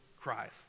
Christ